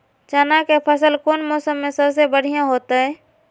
चना के फसल कौन मौसम में सबसे बढ़िया होतय?